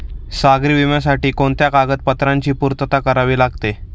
सागरी विम्यासाठी कोणत्या कागदपत्रांची पूर्तता करावी लागते?